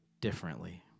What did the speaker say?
differently